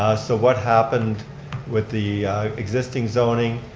so, what happened with the existing zoning,